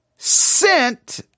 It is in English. ...sent